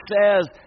says